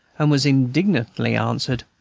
and was indignantly answered,